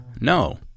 no